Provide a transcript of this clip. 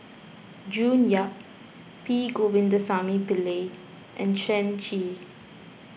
June Yap P Govindasamy Pillai and Shen Xi